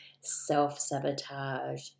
self-sabotage